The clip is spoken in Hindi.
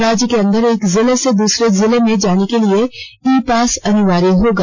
राज्य के अंदर एक जिला से दूसरे जिला जाने के लिए ई पास अनिवार्य होगा